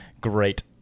Great